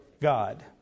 God